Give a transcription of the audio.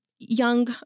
young